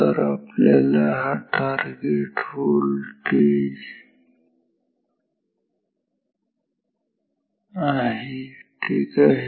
तर हा आपला टार्गेट व्होल्टेज आहे ठीक आहे